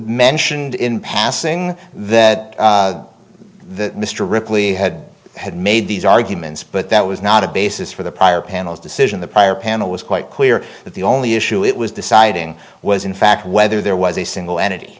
mentioned in passing that the mr ripley had had made these arguments but that was not a basis for the prior panel's decision the prior panel was quite clear that the only issue it was deciding was in fact whether there was a single entity